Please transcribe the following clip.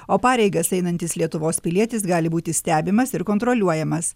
o pareigas einantis lietuvos pilietis gali būti stebimas ir kontroliuojamas